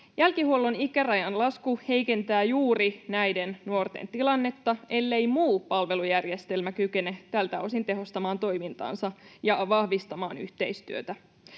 Jälkihuollon ikärajan lasku heikentää juuri näiden nuorten tilannetta, ellei muu palvelujärjestelmä kykene tältä osin tehostamaan toimintaansa ja vahvistamaan yhteistyötä.